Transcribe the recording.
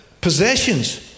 Possessions